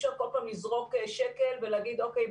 אי-אפשר כל פעם לזרוק שקל ולהגיד: אוקיי,